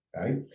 okay